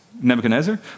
Nebuchadnezzar